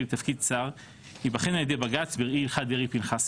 לתפקיד שר ייבחן על ידי בג"צ בראי הלכת דרעי-פנחסי.